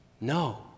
No